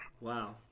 Wow